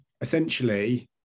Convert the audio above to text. essentially